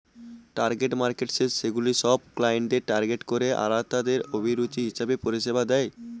target markets সেগুলা সব ক্লায়েন্টদের টার্গেট করে আরতাদের অভিরুচি হিসেবে পরিষেবা দেয়